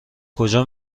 کجا